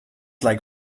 like